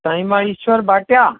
साईं मां ईश्वर भाटिया